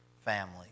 family